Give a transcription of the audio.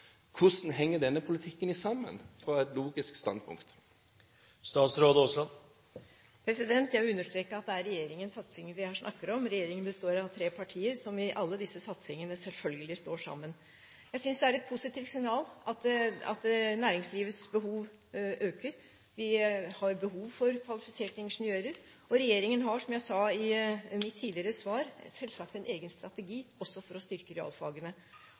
Hvordan henger denne politikken sammen? Jeg understreker at det er regjeringens satsing vi her snakker om. Regjeringen består av tre partier, som i alle disse satsingene selvfølgelig står sammen. Jeg synes det er et positivt signal at næringslivets behov øker. Vi har behov for kvalifiserte ingeniører, og som jeg sa i mitt tidligere svar, har regjeringen selvsagt en egen strategi også for å styrke realfagene.